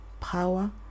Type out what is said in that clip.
power